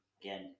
again